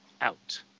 out